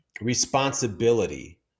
responsibility